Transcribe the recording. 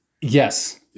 Yes